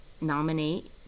nominate